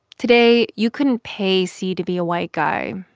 today, you couldn't pay c to be a white guy.